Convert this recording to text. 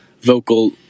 vocal